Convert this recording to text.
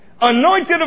anointed